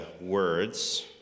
words